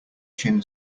chin